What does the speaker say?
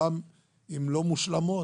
גם אם לא מושלמות,